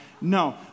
No